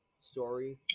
story